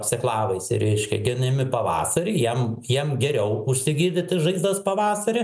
sėklavaisiai reiškia genimi pavasarį jiem jiem geriau užsigydyti žaizdas pavasarį